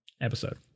episode